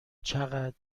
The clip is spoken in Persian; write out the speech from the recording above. چقدر